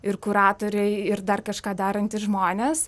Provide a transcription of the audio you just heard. ir kuratoriai ir dar kažką darantys žmonės